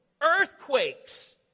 earthquakes